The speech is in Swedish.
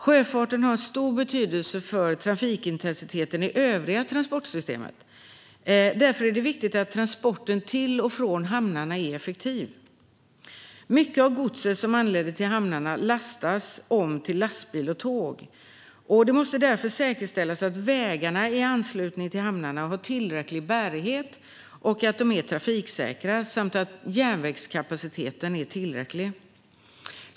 Sjöfarten har en stor betydelse för trafikintensiteten i övriga transportsystemet. Därför är det viktigt att transporten till och från hamnarna är effektiv. Mycket av godset som anländer till hamnarna lastas om till lastbil och tåg. Det måste därför säkerställas att vägarna i anslutning till hamnarna har tillräcklig bärighet och är trafiksäkra samt att järnvägskapaciteten är tillräcklig.